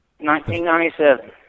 1997